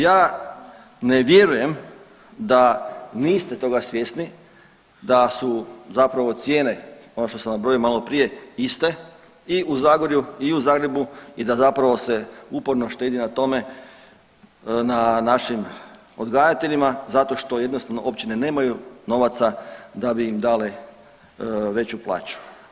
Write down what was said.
Ja ne vjerujem da niste toga svjesni da su zapravo cijene ono što sam nabrojio maloprije iste i u Zagorju i u Zagrebu i da zapravo se uporno štedi na tome, na našim odgajateljima zato što jednostavno općine nemaju novaca da bi im dale veću plaću.